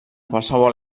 qualsevol